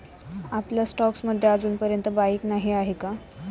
आपल्या स्टॉक्स मध्ये अजूनपर्यंत बाईक नाही आहे का?